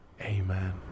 Amen